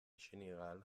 général